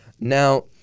Now